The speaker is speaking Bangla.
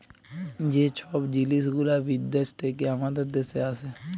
যে ছব জিলিস গুলা বিদ্যাস থ্যাইকে আমাদের দ্যাশে আসে